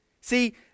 See